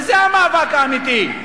וזה המאבק האמיתי.